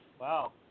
Wow